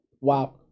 Wow